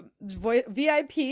VIP